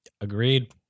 Agreed